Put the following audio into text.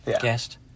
guest